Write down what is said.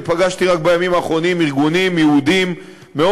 ופגשתי רק בימים האחרונים ארגונים יהודיים מאוד